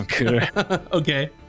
okay